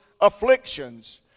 afflictions